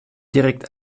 direkt